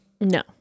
No